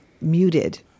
muted